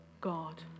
God